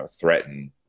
threaten